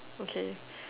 okay